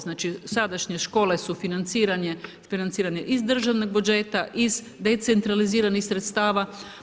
Znači, sadašnje škole su financirane iz državnog budžeta, iz decentraliziranih sredstava.